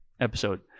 episode